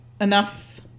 enough